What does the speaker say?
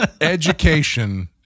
Education